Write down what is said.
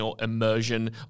immersion